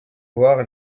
voir